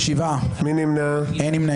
הצבעה לא אושרו.